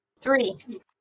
Three